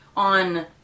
On